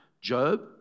Job